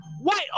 white